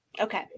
Okay